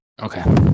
Okay